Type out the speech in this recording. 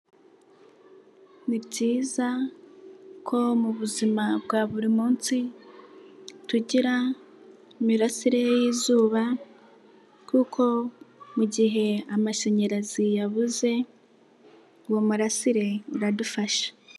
Ni byiza ko mu buzima bwa buri munsi tugira imirasire y'izuba kuko mu gihe amashanyarazi yabuze uwo murasire uradufasha.